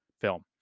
film